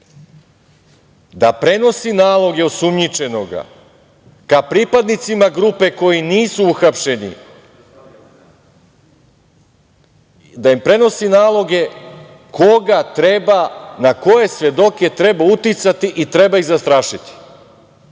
da prenosi naloge osumnjičenoga ka pripadnicima grupe koji nisu uhapšeni, da im prenosi naloge koga treba, na koje svedoke treba uticati i treba ih zastrašiti?